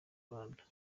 rwanda